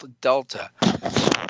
Delta